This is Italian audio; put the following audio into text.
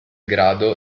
grado